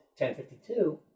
1052